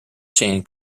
chain